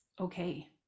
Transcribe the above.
okay